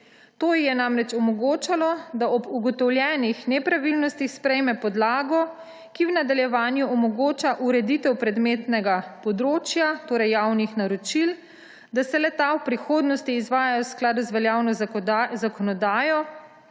ji je namreč omogočalo, da ob ugotovljenih nepravilnostih sprejme podlago, ki v nadaljevanju omogoča ureditev predmetnega področja, torej javnih naročil, da se le-ta v prihodnosti izvajajo v skladu z veljavno zakonodajo